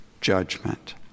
judgment